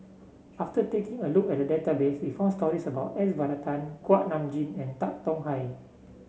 after taking a look at the database we found stories about S Varathan Kuak Nam Jin and Tan Tong Hye